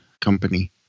company